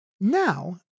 Now